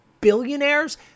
billionaires